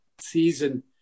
season